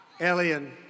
alien